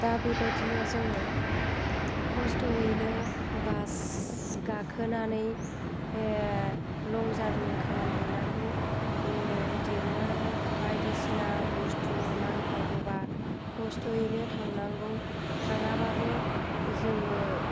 दा बेबायदिनो जोङो खस्त'यैनो बास गाखोनानै लं जारनि खालाम हैनांगौ बिदिनो बायदिसिना बुस्तु नांथारगौबा खस्त'यैनो थांनांगौ थाङाबाबो जोङो